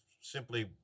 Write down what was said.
simply